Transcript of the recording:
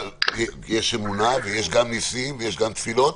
יש אמונה ויש גם נסים ויש גם תפילות,